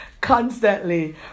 constantly